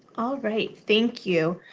all right. thank you.